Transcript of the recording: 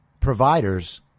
providers